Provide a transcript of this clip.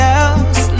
else